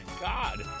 god